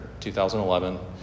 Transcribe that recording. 2011